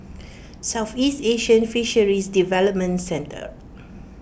Southeast Asian Fisheries Development Centre